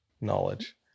knowledge